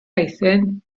eithin